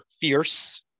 fierce